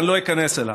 אני לא איכנס לזה.